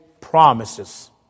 promises